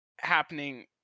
happening